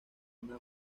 una